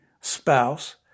spouse